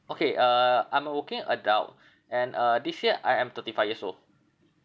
okay uh I'm a working adult and uh this year I am thirty five years old